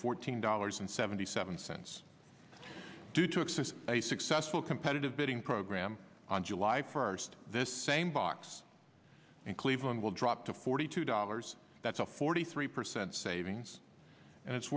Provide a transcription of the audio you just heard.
fourteen dollars and seventy seven cents due to access a successful competitive bidding program on july first this same box in cleveland will drop to forty two dollars that's a forty three percent savings and it's